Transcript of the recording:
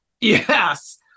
Yes